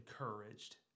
encouraged